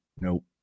nope